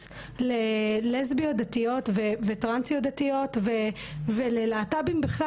ללסביות דתיות וטרנסיות דתיות וללהט"ב בכלל,